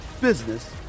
business